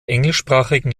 englischsprachigen